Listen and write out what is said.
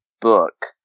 book